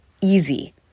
easy